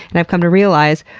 and i've come to realize,